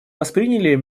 восприняли